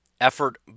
Effort